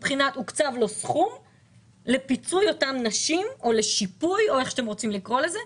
הוקצב לו סכום לפיצוי אותן נשים או לשיפוי או איך שאתם רוצים לקרוא לזה,